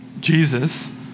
Jesus